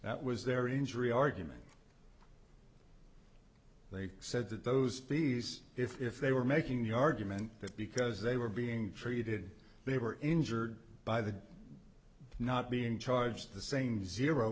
that was their injury argument they said that those fees if they were making the argument that because they were being treated they were injured by the not being charged the same zero